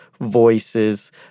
voices